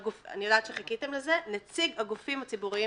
אני יודעת שחיכיתם לזה נציג הגופים הציבוריים